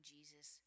Jesus